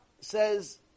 says